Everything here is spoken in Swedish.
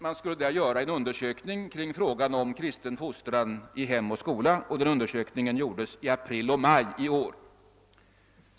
Man skulle där göra en undersökning kring frågan om kristen fostran i hem och skola, och den undersökningen utfördes i april och maj månader i år.